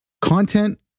content